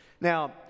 Now